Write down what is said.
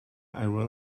iron